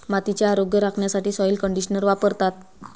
मातीचे आरोग्य राखण्यासाठी सॉइल कंडिशनर वापरतात